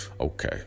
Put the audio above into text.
okay